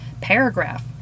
paragraph